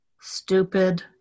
stupid